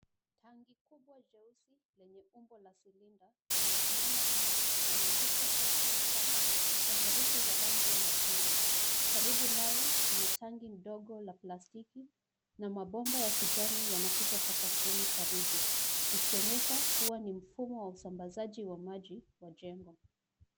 Tank kubwa jeusi lenye umbo la silinda limesimama nje, limeandikwa Techno-Tank kwa herufi za rangi ya machungwa. Karibu nayo, kuna tanki ndogo la plastiki na mabomba ya kijani yanapita sakafuni karibu ikionyesha kuwa ni mfumo wa usambazaji wa maji wa jengo.